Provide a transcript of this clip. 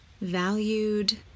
valued